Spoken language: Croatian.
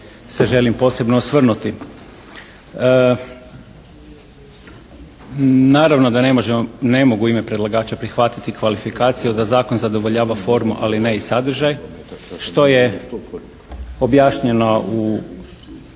se želim posebno osvrnuti. Naravno da ne možemo, ne mogu u ime predlagača prihvatiti kvalifikaciju da zakon zadovoljava formu ali ne i sadržaj što je objašnjeno samo